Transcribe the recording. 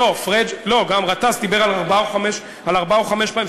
לא, גם גטאס דיבר על ארבע או חמש פעמים.